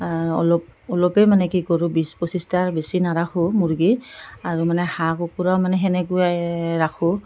অলপ অলপেই মানে কি কৰোঁ বিছ পঁচিছটা বেছি নাৰাখোঁ মুৰ্গী আৰু মানে হাঁহ কুকুৰাও মানে তেনেকুৱাই ৰাখোঁ